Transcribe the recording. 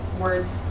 words